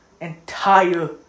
entire